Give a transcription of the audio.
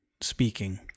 speaking